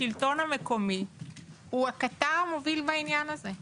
השלטון המקומי הוא הקטר המוביל בעניין הזה.